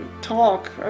talk